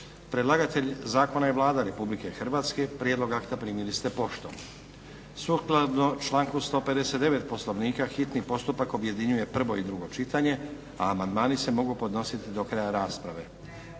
Predlagatelj zakon je Vlada RH. Prijedlog akta primili ste poštom. sukladno članku 159. Poslovnika hitni postupak objedinjuje prvo i drugo čitanje, a amandmani se mogu podnositi do kraja rasprave.